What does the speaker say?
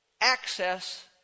access